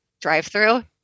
drive-through